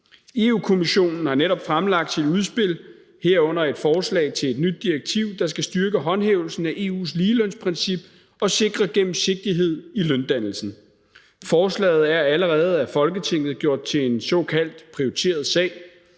Europa-Kommissionen har netop fremlagt sit udspil, herunder et forslag til et nyt direktiv, der skal styrke håndhævelsen af EU's ligelønsprincip og sikre gennemsigtighed i løndannelsen. Forslaget er allerede af Folketinget gjort til en såkaldt prioriteret sag,